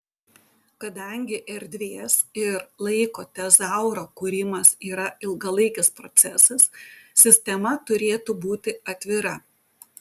kadangi erdvės ir laiko tezauro kūrimas yra ilgalaikis procesas sistema turėtų būti atvira